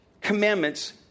commandments